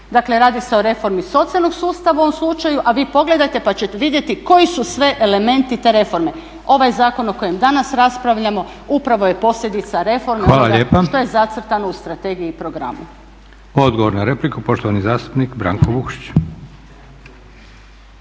Dakle radi se o reformi socijalnog sustava u ovom slučaju, a vi pogledajte pa ćete vidjeti koji su sve elementi te reforme. Ovaj zakon o kojem danas raspravljamo upravo je posljedica reforme, … što je zacrtano u strategiji i u programu. **Leko, Josip (SDP)** Hvala lijepo. Odgovor na repliku poštovani zastupnik Branko Vukšić.